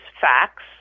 facts